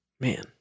Man